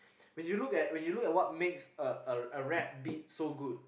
when you look at when you look at what makes a rap beat so good